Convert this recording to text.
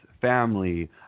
family